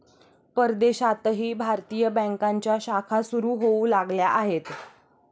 परदेशातही भारतीय बँकांच्या शाखा सुरू होऊ लागल्या आहेत